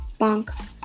Bonk